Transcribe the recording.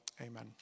amen